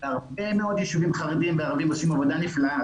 הרבה מאוד ישובים חרדים וערבים עושים עבודה נפלאה.